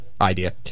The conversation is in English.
idea